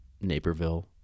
Naperville